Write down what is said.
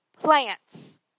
plants